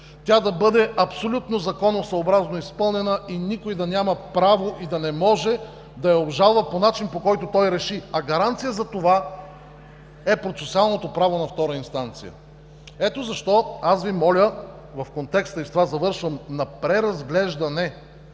Тя да бъде абсолютно законосъобразно изпълнена и никой да няма право и да не може да я обжалва по начин, по който той реши, а гаранция за това е процесуалното право на втора инстанция. Ето защо Ви моля в контекста, и с това завършвам, на преразглеждане